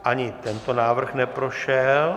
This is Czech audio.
Ani tento návrh neprošel.